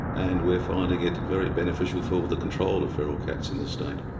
and we're finding it very beneficial for the control of feral cats in this state.